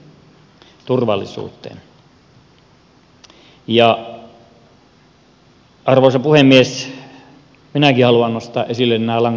minäkin haluan nostaa esille langattomat mikrofonit